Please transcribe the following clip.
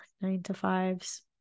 nine-to-fives